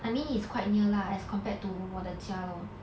I mean it's quite near lah as compared to 我的家 lor